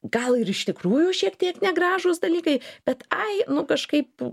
gal ir iš tikrųjų šiek tiek negražūs dalykai bet ai nu kažkaip